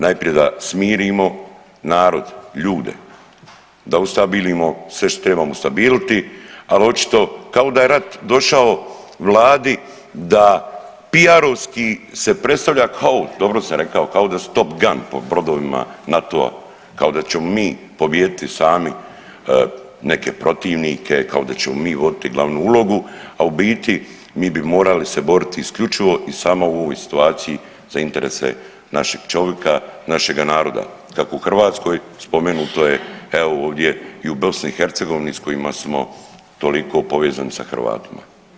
Najprije da smirimo narod, ljude, da ustabilimo sve što trebamo ustabiliti ali očito kao da je rat došao Vladi da PR-ovski se predstavlja kao, dobro sam rekao kao da su Top Gun po brodovima NATO-a, kao da ćemo mi pobijediti sami neke protivnike, kao da ćemo mi voditi glavnu ulogu a u biti mi bi morali se boriti isključivo i samo u ovoj situaciji za interese našeg čovjeka, našega naroda, kako u Hrvatskoj spomenuto je evo ovdje i u Bosni i Hercegovini sa kojima smo toliko povezani sa Hrvatima.